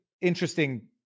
interesting